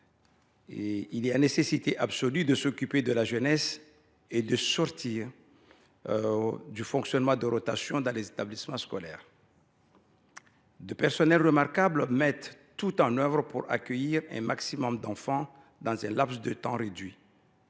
Il est absolument impératif de s’occuper de la jeunesse et d’en finir avec la rotation dans les établissements scolaires. Des personnels remarquables mettent tout en œuvre pour accueillir un maximum d’enfants dans un laps de temps réduit,